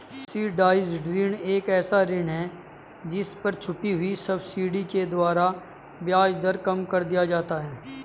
subsidised ऋण एक ऐसा ऋण है जिस पर छुपी हुई सब्सिडी के द्वारा ब्याज दर कम कर दिया जाता है